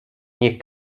niech